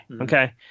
Okay